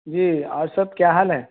जी और सर क्या हाल है